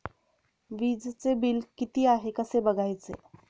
वीजचे बिल किती आहे कसे बघायचे?